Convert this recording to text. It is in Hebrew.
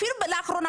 אפילו לא לאחרונה,